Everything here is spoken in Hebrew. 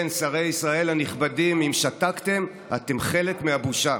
כן, שרי ישראל הנכבדים, אם שתקתם, אתם חלק מהבושה.